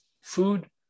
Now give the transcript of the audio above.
food